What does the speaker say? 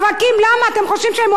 למה, אתם חושבים שהם אוהבים את זה?